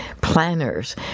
planners